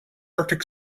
arctic